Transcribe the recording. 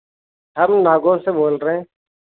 हम नागौर से बोल रहे हैं